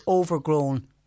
overgrown